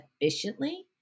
efficiently